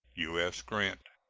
u s. grant.